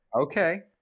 Okay